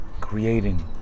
creating